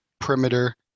perimeter